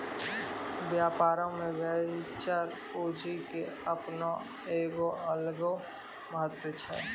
व्यापारो मे वेंचर पूंजी के अपनो एगो अलगे महत्त्व छै